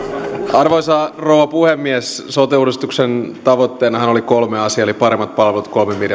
arvoisa rouva puhemies sote uudistuksen tavoitteenahan oli kolme asiaa eli paremmat palvelut kolmen miljardin